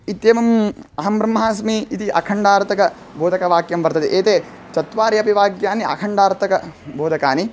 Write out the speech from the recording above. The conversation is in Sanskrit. इत्येवम् अहं ब्रह्मास्मि इति अखण्डार्थकबोधकवाक्यं वर्तते एते चत्वारि अपि वाक्यानि अखण्डार्थकबोधकानि